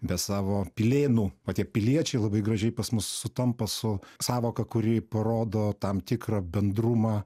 be savo pilėnų o tie piliečiai labai gražiai pas mus sutampa su sąvoka kuri parodo tam tikrą bendrumą